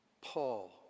Paul